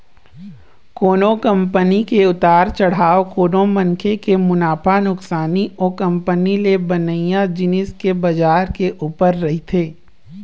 कोनो कंपनी के उतार चढ़ाव कोनो मनखे के मुनाफा नुकसानी ओ कंपनी ले बनइया जिनिस के बजार के ऊपर रहिथे